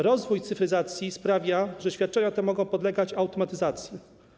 Rozwój cyfryzacji sprawia, że świadczenia te mogą podlegać automatyzacji.